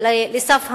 לסף המס.